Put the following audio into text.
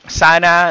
sana